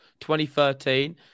2013